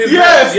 yes